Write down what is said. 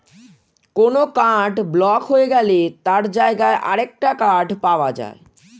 কোনো card block হয়ে গেলে তার জায়গায় আরেকটা কার্ড পাওয়া যায়